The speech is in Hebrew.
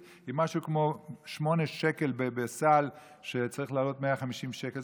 היא משהו כמו 8 שקלים בסל שצריך לעלות 150 שקלים.